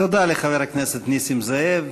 תודה לחבר הכנסת נסים זאב,